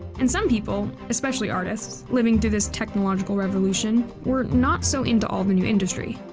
and some people, especially artists, living through this technological revolution were. not so into all the new industry.